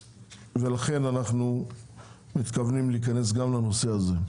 לכן, אנחנו מתכוונים להיכנס גם לנושא הזה.